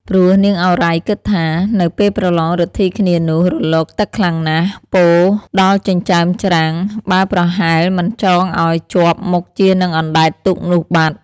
ព្រោះ នាងឱរ៉ៃ គិតថា " នៅពេលប្រឡងឫទ្ធិគ្នានោះរលកទឹកខ្លាំងណាស់ ពោរដល់ចិញ្ចើមច្រាំង បើប្រហែលមិនចងឲ្យ ជាប់មុខជានឹងអណ្តែតទូកនោះបាត់។